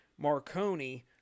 Marconi